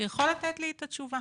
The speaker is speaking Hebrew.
שיכול לי את התשובה.